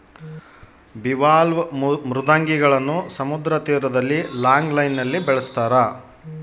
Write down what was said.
bivalve ಮೃದ್ವಂಗಿಗಳನ್ನು ಸಮುದ್ರ ತೀರದಲ್ಲಿ ಲಾಂಗ್ ಲೈನ್ ನಲ್ಲಿ ಬೆಳಸ್ತರ